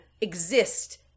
exist